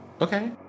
Okay